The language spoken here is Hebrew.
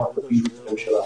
לא רק לפעילות הממשלה.